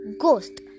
Ghost